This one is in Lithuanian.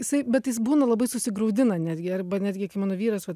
jisai bet jis būna labai susigraudina netgi arba netgi kai mano vyras vat